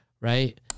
right